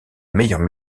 meilleure